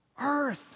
earth